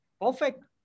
Perfect